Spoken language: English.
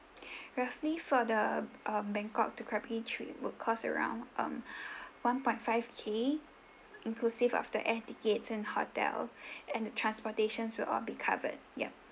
roughly for the uh bangkok to krabi trip would cost around um one point five k inclusive of the air tickets and hotel and the transportation will all be covered yup